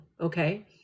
Okay